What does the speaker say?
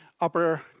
upper